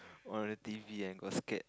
on the t_v and got scared